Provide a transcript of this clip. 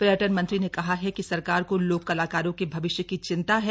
पर्यटन मंत्री ने कहा है कि सरकार को लोक कलाकारों के भविष्य की चिंता है